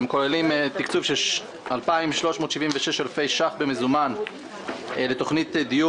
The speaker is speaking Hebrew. הם כוללים תקצוב של 2,376 אלפי ש"ח במזומן לתוכנית דיור